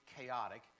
chaotic